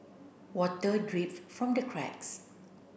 water drips from the cracks